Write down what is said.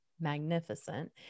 magnificent